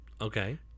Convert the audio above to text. Okay